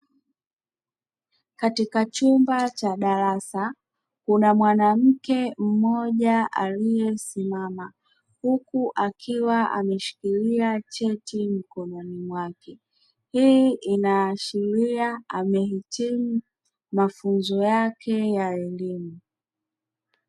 Katika chumba cha darasa kuna mwanamke mmoja aliyesimama, huku akiwa ameshikilia cheti mkononi mwake, hii inaashiria amehitimu mafunzo yake ya elimu.